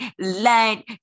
Light